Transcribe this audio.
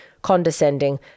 condescending